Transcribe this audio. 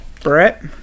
brett